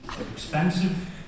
expensive